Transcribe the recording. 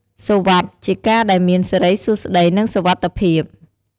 សុវត្តិ ជាការដែលមានសិរីសួស្តី និងសុវត្ថិភាព។